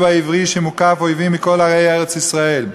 העברי שמוקף אויבים מכל ערי ארץ-ישראל.